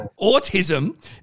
autism